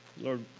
Lord